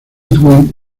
ludwig